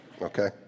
Okay